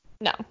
No